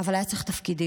אבל היה צריך תפקידים.